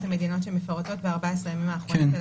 המדינות שמפורטות ב-14 הימים האחרונים,